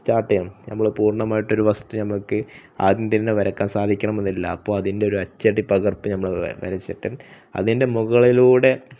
start ചെയ്യണം നമ്മൾ പൂർണമായിട്ട് ഒരു വസ്തു നമുക്ക് ആദ്യം തന്നെ വരയ്ക്കാൻ സാധിക്കണം എന്നില്ല അപ്പോൾ അതിൻ്റെ ഒരു അച്ചടി പകർപ്പ് നമ്മൾ വരച്ചിട്ട് അതിൻ്റെ മുകളിലൂടെ